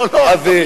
לא, לא, אל תביא.